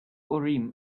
urim